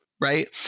right